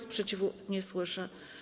Sprzeciwu nie słyszę.